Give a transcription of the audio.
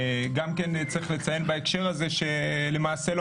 גם כן צריך לציין בהקשר הזה שלמעשה לא